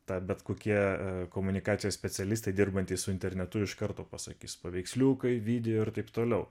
tą bet kokie komunikacijos specialistai dirbantys su internetu iš karto pasakys paveiksliukai video ir taip toliau